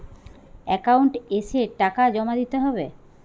Account এসে টাকা জমা দিতে হবে?